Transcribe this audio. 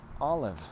Olive